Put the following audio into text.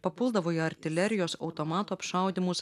papuldavo į artilerijos automatų apšaudymus